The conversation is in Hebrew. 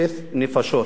נפשות.